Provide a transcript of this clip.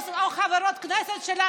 או חברות כנסת,